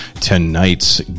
tonight's